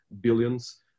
Billions